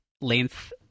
length